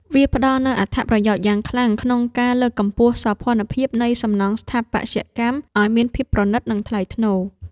វាផ្ដល់អត្ថប្រយោជន៍យ៉ាងខ្លាំងក្នុងការលើកកម្ពស់សោភ័ណភាពនៃសំណង់ស្ថាបត្យកម្មឱ្យមានភាពប្រណីត និងថ្លៃថ្នូរ។